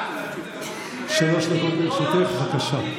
שלוש דקות לרשותך, בבקשה.